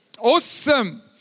Awesome